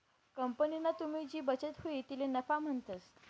कंपनीमा तुनी जी बचत हुई तिले नफा म्हणतंस